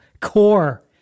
core